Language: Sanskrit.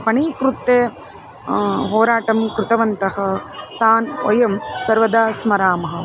पणीकृत्य होराटं कृतवन्तः तान् वयं सर्वदा स्मरामः